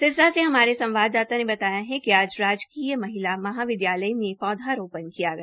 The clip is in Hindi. सिरसा से हमारे संवाददाता ने बताया कि आज राजकीय महिला महाविद्यालय में पौधारोपण किया गया